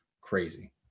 crazy